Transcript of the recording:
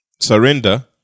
surrender